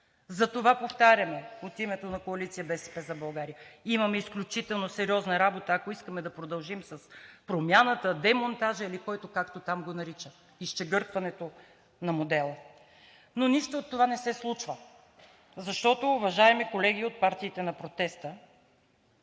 Затова повтаряме от името на Коалиция „БСП за България“ – имаме изключително сериозна работа, ако искаме да продължим с промяната, демонтажа или който, както там го нарича – изчегъртването на модела, но нищо от това не се случва, защото, уважаеми колеги, от партиите на протеста